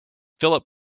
philip